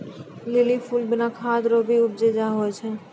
lily फूल बिना खाद रो भी उपजा होय जाय छै